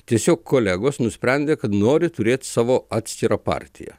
tiesiog kolegos nusprendė kad nori turėt savo atskirą partiją